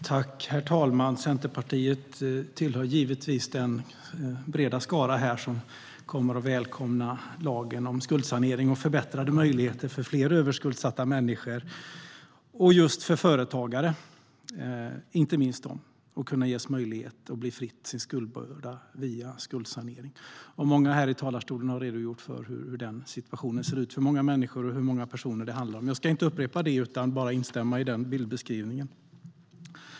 Herr talman! Centerpartiet hör givetvis till den breda skara här som välkomnar lagen om skuldsanering och förbättrade möjligheter för fler överskuldsatta, inte minst företagare, att bli kvitt sin skuldbörda via skuldsanering. Många har här i talarstolen redogjort för hur den situationen ser ut för många människor och hur många det handlar om. Jag ska inte upprepa det utan bara instämma i den beskrivningen.